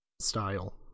Style